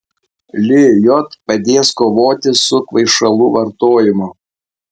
lijot padės kovoti su kvaišalų vartojimu